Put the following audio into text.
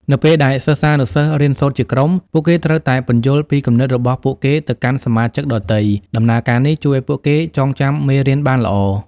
នៅពេលដែលសិស្សានុសិស្សរៀនសូត្រជាក្រុម ពួកគេត្រូវតែពន្យល់ពីគំនិតរបស់ពួកគេទៅកាន់សមាជិកដទៃ។ ដំណើរការនេះជួយឲ្យពួកគេចងចាំមេរៀនបានល្អ។